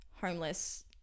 homeless